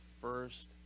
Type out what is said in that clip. first